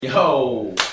yo